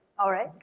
alright.